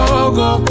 Gogo